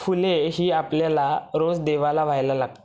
फुले ही आपल्याला रोज देवाला वहायला लागतात